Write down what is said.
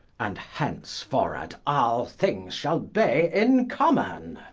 and hence-forward all things shall be in common.